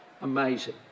amazing